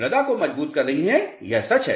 मृदा को मजबूत कर रही हैं यह सच है